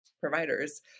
providers